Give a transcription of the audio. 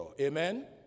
Amen